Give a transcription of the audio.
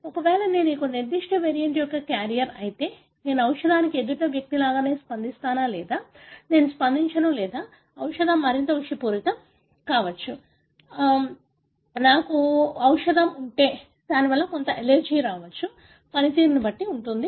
ఒకవేళ నేను ఒక నిర్దిష్ట వేరియంట్ యొక్క క్యారియర్ అయితే నేను ఔషధానికి ఎదుటి వ్యక్తిలాగే ప్రతిస్పందిస్తానా లేదా నేను స్పందించను లేదా ఔషధం మరింత విషపూరితం కావచ్చు నాకు ఔషధం ఉంటే అది కొంత అలెర్జీ పనితీరును కలిగి ఉంటుంది